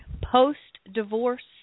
post-divorce